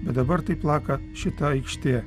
bet dabar taip plaka šita aikštė